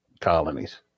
colonies